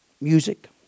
music